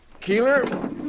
Keeler